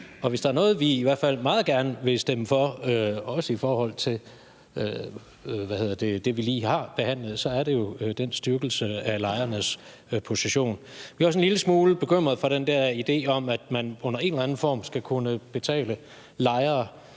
Og hvis der er noget, vi i hvert fald meget gerne vil stemme for, også i forhold til det, vi lige har behandlet, så er det den styrkelse af lejernes position. Jeg er sådan en lille smule bekymret for den der idé om, at man under en eller anden form skal kunne betale lejere.